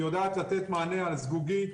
היא יודעת לתת מענה על זגוגית,